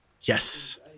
Yes